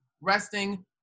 resting